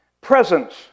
Presence